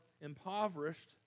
impoverished